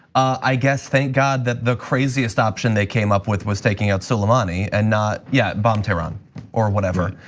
i guess thank god that the craziest option they came up with was taking up soleimani and not yeah, bombed tehran or whatever,